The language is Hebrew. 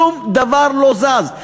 שום דבר לא זז.